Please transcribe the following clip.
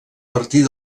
partir